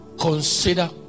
Consider